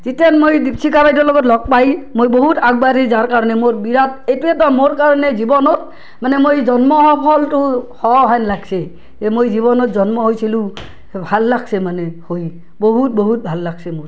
যিতেন মই দীপশিখা বাইদেউৰ লগত লগ পাই মই বহুত আগবাঢ়ি যাৰ কাৰণে মোৰ বিৰাট এইটো এটা মোৰ কাৰণে জীৱনত মানে মই জন্ম হোৱা ফলটো হ' হেন লাগছে যে মই জীৱনত জন্ম হৈছিলোঁ মানে হৈ বহুত বহুত ভাল লাগছে মোৰ